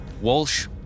Walsh